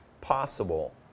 possible